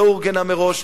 לא אורגנה מראש,